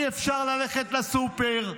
אי-אפשר ללכת לסופר.